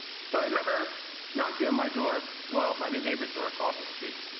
so, remember knocking on my door, well my my neighbor's door across the street.